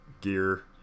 Gear